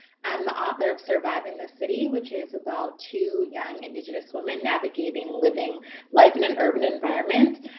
and the author of surviving the city, which is about two young indigenous women navigating living life in an urban environment.